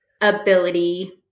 ability